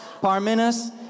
Parmenas